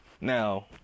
Now